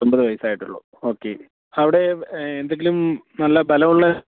ഒമ്പത് വയസ്സായിട്ടേയുള്ളൂ ഓക്കെ അവിടെ എന്തെങ്കിലും നല്ല ബലമുള്ള